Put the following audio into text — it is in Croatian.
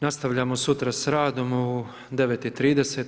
Nastavljamo sutra s radom, u 9,30.